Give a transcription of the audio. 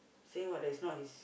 saying what is not his